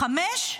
חמש,